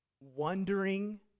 wondering